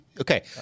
okay